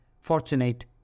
fortunate